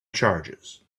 charges